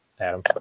Adam